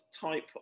type